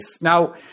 Now